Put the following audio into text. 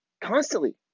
Constantly